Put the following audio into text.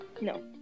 No